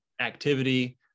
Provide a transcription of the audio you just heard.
activity